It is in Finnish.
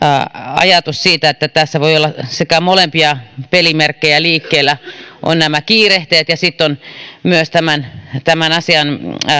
ajatus siitä että tässä voi olla molempia pelimerkkejä liikkeellä ovat nämä kiirehtijät ja sitten ovat myös tämän tämän asian